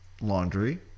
laundry